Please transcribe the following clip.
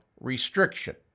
restriction